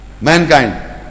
mankind